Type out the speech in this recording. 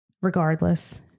regardless